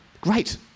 Great